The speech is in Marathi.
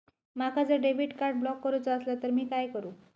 माका जर डेबिट कार्ड ब्लॉक करूचा असला तर मी काय करू?